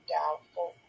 doubtful